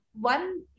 one